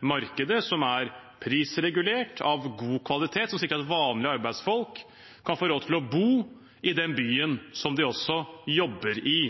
markedet som er prisregulert og av god kvalitet, og som sikrer at vanlige arbeidsfolk kan få råd til å bo i den byen de også jobber i.